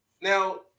Now